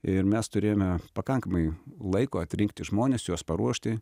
ir mes turėjome pakankamai laiko atrinkti žmones juos paruošti